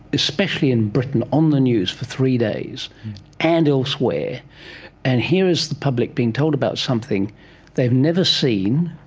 especially in britain on the news for three days and elsewhere. and here is the public being told about something they've never seen,